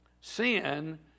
sin